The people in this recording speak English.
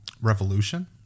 revolution